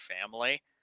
family